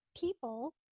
people